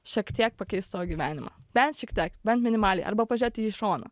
šiek tiek pakeist savo gyvenimą bent šiek tiek bent minimaliai arba pažiūrėti į šoną